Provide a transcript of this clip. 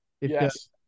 Yes